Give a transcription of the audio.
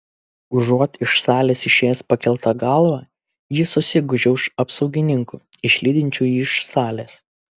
užuot iš salės išėjęs pakelta galva jis susigūžia už apsaugininkų išlydinčių jį iš salės